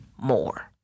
more